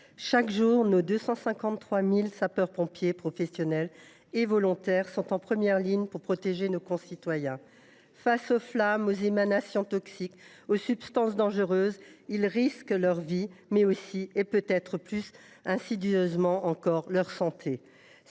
chaque jour, nos 253 000 sapeurs pompiers professionnels et volontaires sont en première ligne pour protéger nos concitoyens. Face aux flammes, aux émanations toxiques, aux substances dangereuses, ils risquent leur vie, mais aussi, et peut être plus insidieusement encore, leur santé.